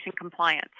compliance